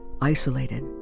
isolated